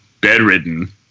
bedridden